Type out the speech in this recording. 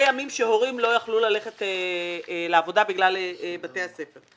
ימים שהורים לא יכלו ללכת לעבודה בגלל בתי הספר.